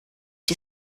die